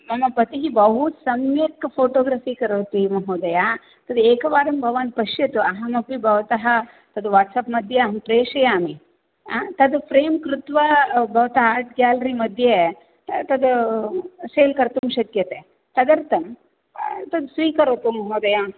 मम पतिः बहुसम्यक् फ़ोटोग्रफ़ि करोति महोदया तद् एकवारं भवान् पश्यतु अहमपि भवतः तद् वाट्स् अप् मध्ये अहं प्रेषयामि तद् फ्रेम् कृत्वा भवता आर्ट् गेलरी मध्ये तद् सेल् कर्तुं शक्यते तदर्थं तद् स्वीकरोतु महोदया